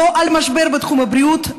לא המשבר בתחום הבריאות,